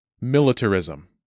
Militarism